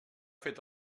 fet